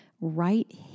Right